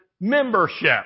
membership